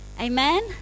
Amen